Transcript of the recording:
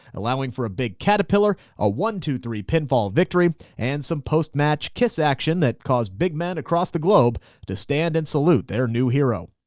allowing for a big caterpillar, a one two three pinfall victory and some post-match kiss action that caused big men across the globe to stand-in salute their new hero.